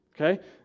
Okay